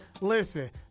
Listen